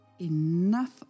Enough